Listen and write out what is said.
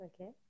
okay